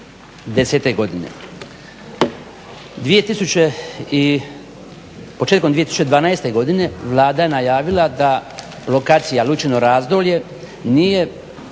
2010.godine. početkom 2012.godine Vlada je najavila da lokacija Lučino Razdolje nije